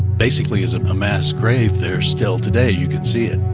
basically as a mass grave there. still today, you can see it.